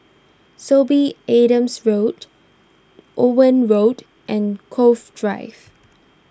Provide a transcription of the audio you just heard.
Sorby Adams Road Owen Road and Cove Drive